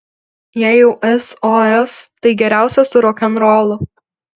jei jau sos tai geriausia su rokenrolu